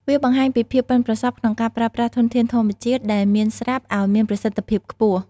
វាបង្ហាញពីភាពប៉ិនប្រសប់ក្នុងការប្រើប្រាស់ធនធានធម្មជាតិដែលមានស្រាប់ឱ្យមានប្រសិទ្ធភាពខ្ពស់។